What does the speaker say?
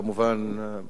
כמובן,